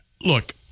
look